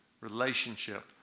relationship